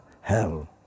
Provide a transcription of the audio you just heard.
hell